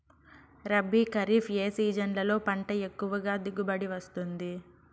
రబీ, ఖరీఫ్ ఏ సీజన్లలో పంట ఎక్కువగా దిగుబడి వస్తుంది